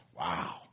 Wow